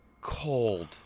cold